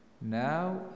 Now